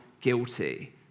guilty